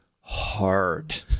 hard